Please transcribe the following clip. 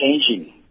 changing